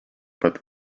but